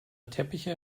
teppiche